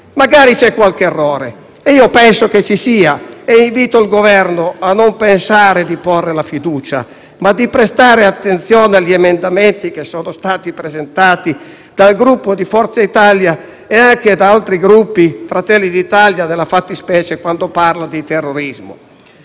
Magari c'è qualche errore - io penso che ci sia - e invito il Governo a non pensare di porre la fiducia, ma a prestare attenzione agli emendamenti che sono stati presentati dal Gruppo Forza Italia e da altri Gruppi, da Fratelli d'Italia nella fattispecie, in materia di terrorismo.